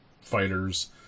fighters